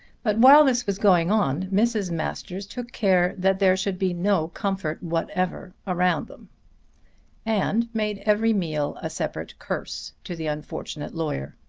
but while this was going on mrs. masters took care that there should be no comfort whatever around them and made every meal a separate curse to the unfortunate lawyer.